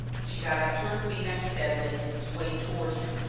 she got up to her feet unsteadily and swayed toward him.